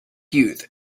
youth